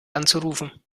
anzurufen